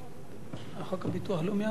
חוק הביטוח הלאומי עבר.